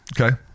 Okay